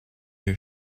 who